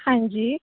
ਹਾਂਜੀ